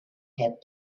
had